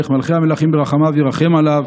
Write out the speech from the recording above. מלך מלכי המלכים ברחמיו ירחם עליו